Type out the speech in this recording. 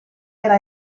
era